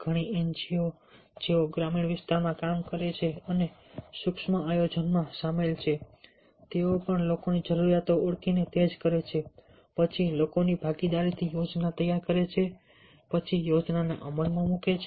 ઘણી એનજીઓ જેઓ ગ્રામીણ વિસ્તારમાં કામ કરે છે અને સૂક્ષ્મ આયોજનમાં સામેલ છે તેઓ પણ લોકોની જરૂરિયાતો ઓળખીને તે જ કરે છે પછી લોકોની ભાગીદારીથી યોજના તૈયાર કરે છે પછી યોજનાને અમલમાં મૂકે છે